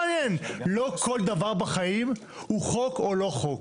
לא כל דבר בחיים הוא חוק או לא חוק.